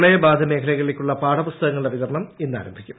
പ്രളയ ബാധിത മേഖലകളിലേക്കുള്ള പാഠപുസ്തകങ്ങളുടെ വിതരണം ഇന്ന് ആരംഭിക്കും